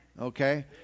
okay